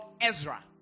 Ezra